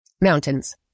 Mountains